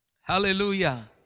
Hallelujah